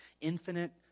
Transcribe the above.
infinite